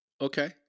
Okay